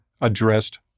addressed